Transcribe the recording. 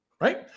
right